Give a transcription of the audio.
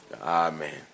Amen